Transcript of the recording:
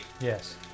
Yes